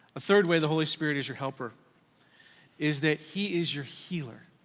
a third way the holy spirit is your helper is that he is your healer,